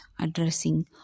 addressing